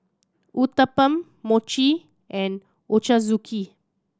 Uthapam Mochi and Ochazuke